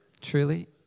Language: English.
Truly